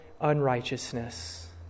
unrighteousness